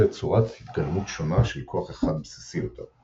צורת התגלמות שונה של כוח אחד בסיסי יותר.